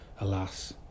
alas